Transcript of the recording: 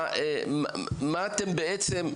מה אתם בעצם?